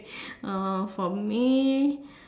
uh for me